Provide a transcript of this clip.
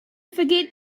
forget